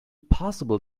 possible